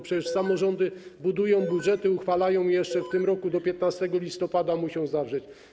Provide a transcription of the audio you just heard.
Przecież samorządy budują, budżety uchwalają jeszcze w tym roku, do 15 listopada muszą zawrzeć.